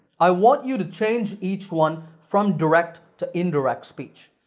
i want you to change each one from direct to indirect speech.